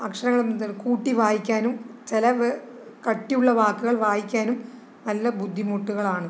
അക്ഷരങ്ങള് മുതൽ കൂട്ടി വായിക്കാനും ചില കട്ടിയുള്ള വാക്കുകൾ വായിക്കാനും നല്ല ബുദ്ധിമുട്ടാണ്